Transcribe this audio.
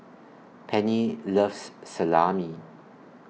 Penny loves Salami